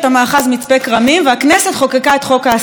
מצפה כרמים והכנסת חוקקה את חוק ההסדרה.